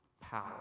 power